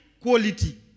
quality